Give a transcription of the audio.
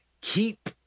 Keep